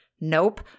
Nope